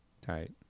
Tight